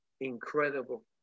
incredible